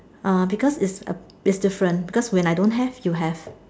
orh because is a is different because when I don't have you have